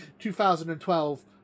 2012